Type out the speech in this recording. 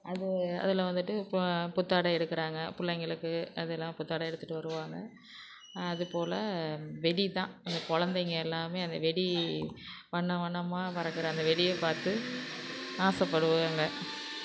அது அதில் வந்துட்டு பு புத்தாடை எடுக்கிறாங்க பிள்ளைங்களுக்கு அது எல்லாம் புத்தாடை எடுத்துட்டு வருவாங்கள் அதுப்போல் வெடிதான் அந்த குழந்தைங்க எல்லாமே அந்த வெடி வண்ண வண்ணமாக பறக்கிற அந்த வெடியை பார்த்து ஆசைப்படுவாங்க